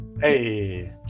Hey